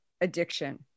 addiction